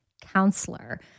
counselor